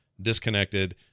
disconnected